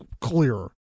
clearer